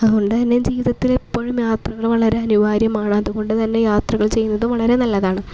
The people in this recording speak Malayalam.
അതുകൊണ്ട് തന്നെ ജീവിതത്തിൽ എപ്പോഴും യാത്രകള് വളരെ അനിവാര്യമാണ് അതുകൊണ്ട് തന്നെ യാത്രകൾ ചെയുന്നത് വളരെ നല്ലതാണ്